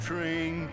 Train